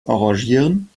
arrangieren